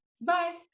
Bye